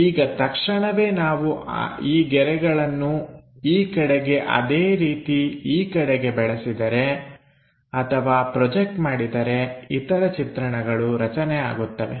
ಈಗ ತಕ್ಷಣವೇ ನಾವು ಈ ಗೆರೆಗಳನ್ನು ಈ ಕಡೆಗೆ ಅದೇ ರೀತಿ ಈ ಕಡೆಗೆ ಬೆಳೆಸಿದರೆ ಅಥವಾ ಪ್ರೊಜೆಕ್ಟ್ ಮಾಡಿದರೆ ಇತರ ಚಿತ್ರಣಗಳು ರಚನೆ ಆಗುತ್ತವೆ